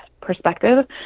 perspective